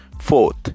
Fourth